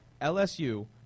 LSU